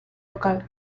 local